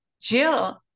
Jill